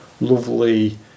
lovely